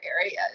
areas